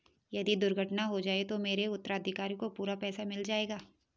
यदि दुर्घटना हो जाये तो मेरे उत्तराधिकारी को पूरा पैसा मिल जाएगा?